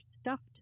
Stuffed